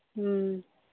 ᱦᱮᱸ